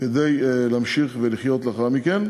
כדי להמשיך ולחיות לאחר מכן.